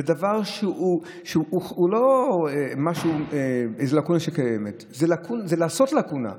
זה לא איזו לקונה שקיימת, זה לעשות לקונה.